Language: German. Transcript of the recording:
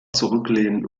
zurücklehnen